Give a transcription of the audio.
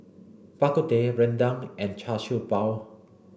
Bak Kut Teh Rendang and Char Siew Bao